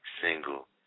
single